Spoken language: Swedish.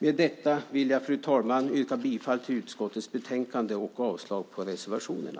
Med detta yrkar jag, fru talman, bifall till utskottets förslag i betänkandet och avslag på reservationerna.